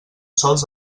sols